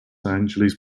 angeles